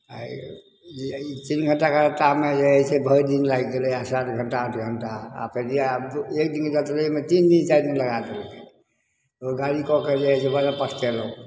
आइ तीन घंटाके रस्तामे जे हइ से भरि दिन लागि गेलै सात घंटा आठ घंटा आ फेर एक दिनके मे तीन दिन चारि दिन लगा देलकै गाड़ी कऽ के जे हइ से बड़ा पछतेलहुॅं